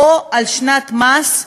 או על שנת המס האחרונה,